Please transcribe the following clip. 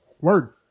Word